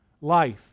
life